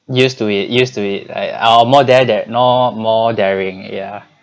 used to it used to it like I'll more da~ more more daring yeah